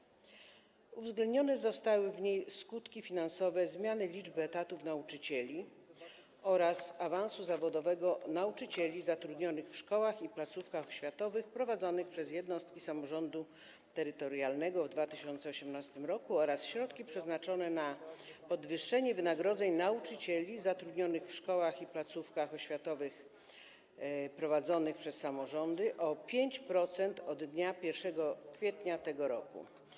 W tej pozycji uwzględnione zostały skutki finansowe zmiany liczby etatów nauczycieli oraz awansu zawodowego nauczycieli zatrudnionych w szkołach i placówkach oświatowych prowadzonych przez jednostki samorządu terytorialnego w 2018 r. oraz środki przeznaczone na podwyższenie wynagrodzeń nauczycieli zatrudnionych w szkołach i placówkach oświatowych prowadzonych przez samorządy o 5% od dnia 1 kwietnia tego roku.